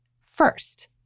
first